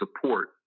support